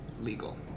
legal